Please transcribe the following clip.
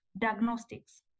diagnostics